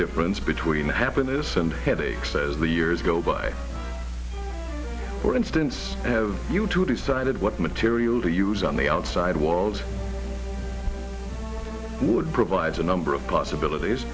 difference between happiness and headaches as the years go by for instance have you two decided what material to use on the outside world would provide a number of possibilities